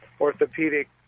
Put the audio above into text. orthopedic